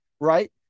right